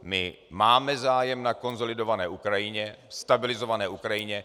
My máme zájem na konsolidované Ukrajině, stabilizované Ukrajině.